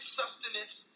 sustenance